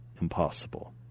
impossible